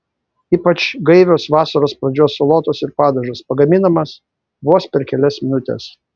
ypač gaivios vasaros pradžios salotos ir padažas pagaminamas vos per kelias minutes